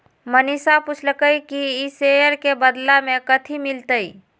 मनीषा पूछलई कि ई शेयर के बदला मे कथी मिलतई